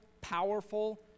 powerful